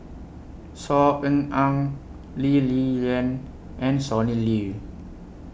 Saw Ean Ang Lee Li Lian and Sonny Liew